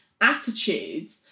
attitudes